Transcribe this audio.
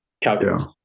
calculus